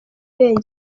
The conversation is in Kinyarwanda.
irengero